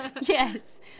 Yes